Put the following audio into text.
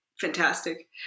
Fantastic